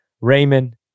raymond